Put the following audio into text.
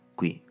qui